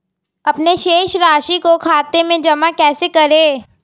अपने शेष राशि को खाते में जमा कैसे करें?